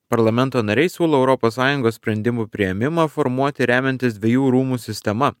parlamento nariai siūlo europos sąjungos sprendimų priėmimą formuoti remiantis dviejų rūmų sistema